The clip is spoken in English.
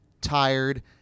tired